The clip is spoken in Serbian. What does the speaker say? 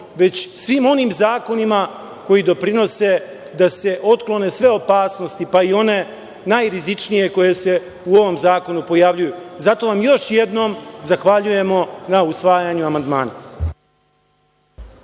već svim onim zakonima koji doprinose da se otklone sve opasnosti, pa i one najrizičnije koje se u ovom zakonu pojavljuju. Zato vam još jednom zahvaljujemo na usvajanju amandmana.